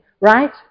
right